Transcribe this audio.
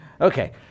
Okay